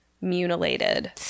mutilated